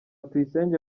tuyisenge